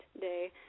Day